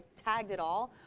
tagged at all.